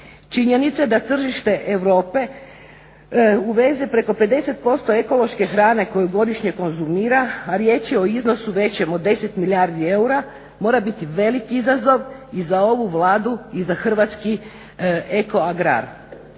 Činjenica da tržište Europe uveze preko 50% ekološke hrane koje godišnje konzumira, a riječ je o iznosu većem od 10 milijardi eura mora biti veliki izazov i za ovu Vladu i za hrvatski ekoagrar.